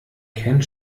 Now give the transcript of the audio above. kennt